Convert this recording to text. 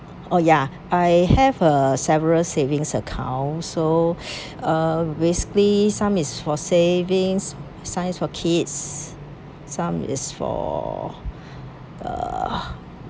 oh ya I have uh several savings account so uh basically some it's for savings some it's for kids some it's for uh